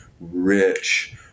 rich